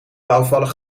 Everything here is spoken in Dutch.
bouwvallig